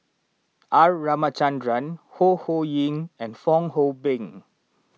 R Ramachandran Ho Ho Ying and Fong Hoe Beng